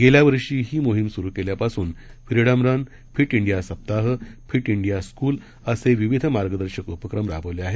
गेल्या वर्षी ही मोहीम सुरू केल्यापासून फ्रीडम रन फिट इंडिया सप्ताह फिट इंडिया स्कूल असे विविध मार्गदर्शक उपक्रम राबवले आहेत